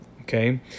okay